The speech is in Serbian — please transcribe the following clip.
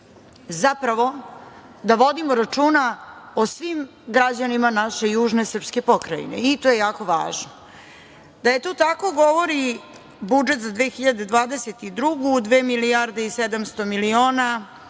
Zapravo, da vodimo računa o svim građanima naše južne srpske pokrajine i to je jako važno. Da je to tako govori budžet za 2022. godinu 2.700.000.000